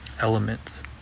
element